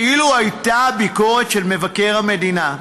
אילו הייתה ביקורת של מבקר המדינה,